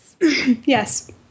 Yes